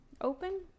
Open